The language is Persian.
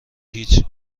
هیچ